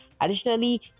Additionally